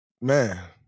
Man